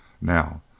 Now